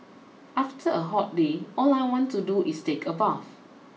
after a hot day all I want to do is take a bath